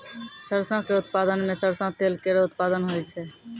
सरसों क उत्पादन सें सरसों तेल केरो उत्पादन होय छै